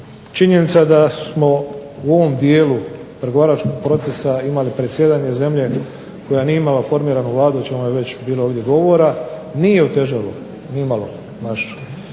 činjenica da smo u ovom dijelu pregovaračkog procesa imali predsjedanje zemlje koja nije imala formiranu Vladu o čemu je već bilo ovdje govora nije otežalo ni malo naš